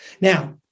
Now